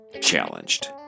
challenged